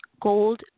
gold